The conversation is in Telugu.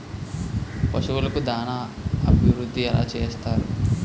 పశువులకు దాన అభివృద్ధి ఎలా చేస్తారు?